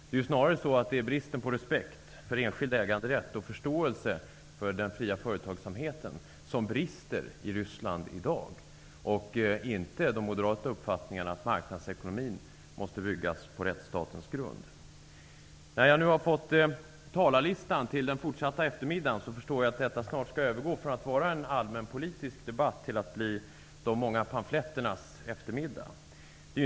Det är snarare respekten för enskild äganderätt och förståelsen för den fria företagsamheten som brister i Ryssland i dag. Det brister inte i de moderata uppfattningarna om att marknadsekonomin måste byggas på rättsstatens grund. När jag nu har fått se talarlistan för eftermiddagens debatt förstår jag att debatten snart skall övergå från att vara allmänpolitisk till att bli de många pamfletternas debatt.